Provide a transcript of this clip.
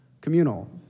Communal